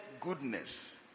goodness